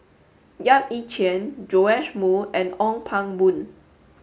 Yap Ee Chian Joash Moo and Ong Pang Boon